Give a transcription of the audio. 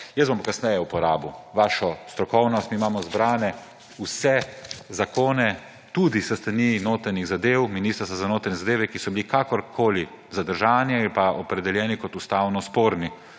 jaz kasneje uporabil vašo strokovnost. Mi imamo zbrane vse zakone tudi s strani Ministrstva za notranje zadeve, ki so bili kakorkoli zadržani ali pa opredeljeni kot ustavno sporni.